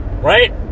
Right